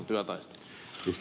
arvoisa puhemies